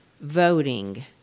Voting